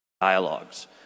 dialogues